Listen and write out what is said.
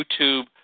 YouTube